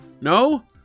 No